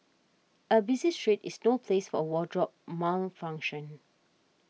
a busy street is no place for a wardrobe malfunction